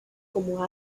como